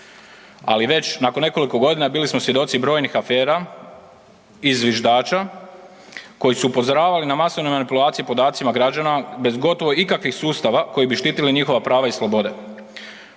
Ali već nakon nekoliko godina bili smo svjedoci brojnih afera i zviždača koji su upozoravali na masovne manipulacije podacima građana bez gotovo ikakvih sustava koji bi štitili njihova prava i slobode.